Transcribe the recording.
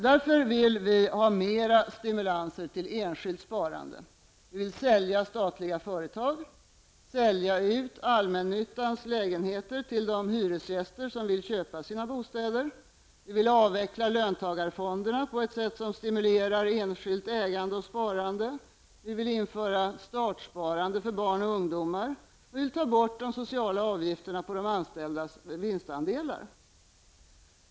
Därför vill vi ha mer stimulanser till enskilt sparande. Vi vill sälja statliga företag, sälja ut allmännyttans lägenheter till de hyresgäster som vill köpa sina bostäder Vi vill avveckla löntagarfonderna på ett sätt som stimulerar enskilt ägande och sparande, vi vill införa startsparande för barn och ungdomar, och vi vill ta bort de sociala avgifterna på de anställdas vinstandelar.